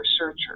researcher